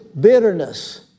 bitterness